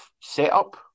setup